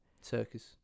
Circus